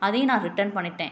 அதையும் நான் ரிட்டன் பண்ணிட்டேன்